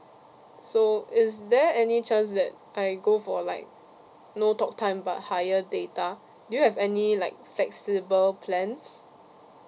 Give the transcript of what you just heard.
so is there any chance that I go for like no talk time but higher data do you have any like flexible plans